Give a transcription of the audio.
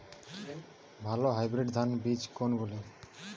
ভালো হাইব্রিড ধান বীজ কোনগুলি?